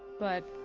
but.